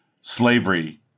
slavery